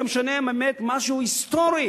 הוא היה משנה באמת משהו היסטורי.